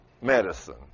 medicine